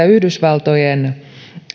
yhdysvaltojen